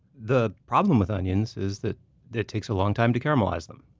the problem with onions is that that it takes a long time to caramelize them.